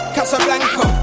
Casablanca